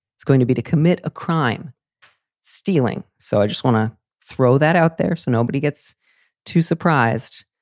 it's going to be to commit a crime stealing. so i just want to throw that out there so nobody gets too surprised.